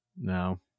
no